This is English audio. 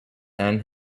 end